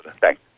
Thanks